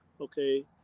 okay